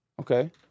Okay